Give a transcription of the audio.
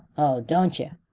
oh, don't yer?